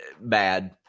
Bad